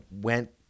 went